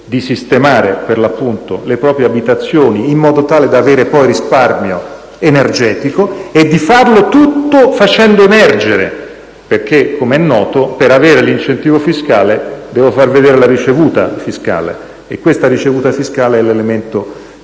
di sistemare per l'appunto le proprie abitazioni in modo tale da avere poi un risparmio energetico, e di fare tutto facendo emergere. Infatti, com'è noto, per avere l'incentivo fiscale bisogna far vedere la ricevuta fiscale, che è l'elemento